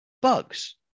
bugs